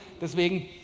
Deswegen